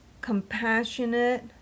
compassionate